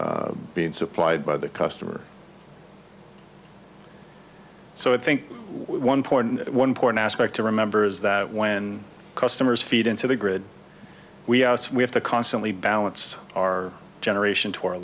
not being supplied by the customer so i think one point one point aspect to remember is that when customers feed into the grid we have to constantly balance our generation to